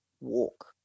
walk